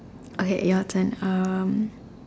okay your turn um